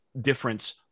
difference